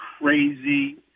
crazy